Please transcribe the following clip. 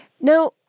Now